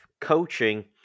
coaching